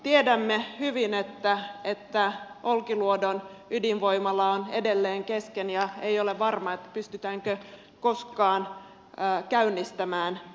tiedämme hyvin että olkiluodon ydinvoimala on edelleen kesken ja ei ole varmaa pystytäänkö sitä koskaan käynnistämään